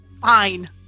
Fine